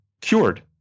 cured